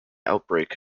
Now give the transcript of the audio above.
outbreak